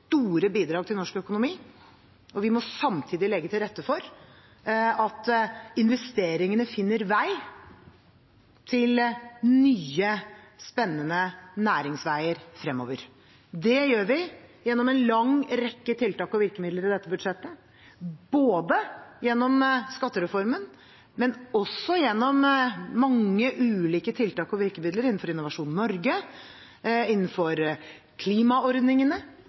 store bidrag til norsk økonomi, og vi må samtidig legge til rette for at investeringene finner nye spennende næringsveier fremover. Det gjør vi gjennom en lang rekke tiltak og virkemidler i dette budsjettet, gjennom skattereformen, gjennom mange ulike tiltak og virkemidler innenfor Innovasjon Norge og innenfor klimaordningene,